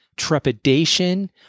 trepidation